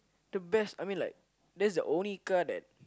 the best I mean like that's the only car that